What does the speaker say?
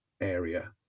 area